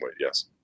Yes